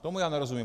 Tomu já nerozumím.